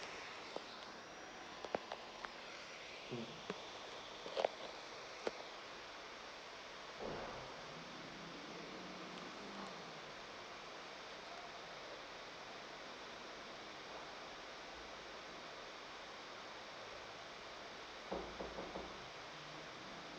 mm